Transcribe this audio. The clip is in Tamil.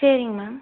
சரிங்க மேம்